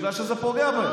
בגלל שזה פוגע בהם.